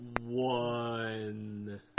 One